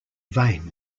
vain